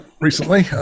recently